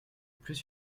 plus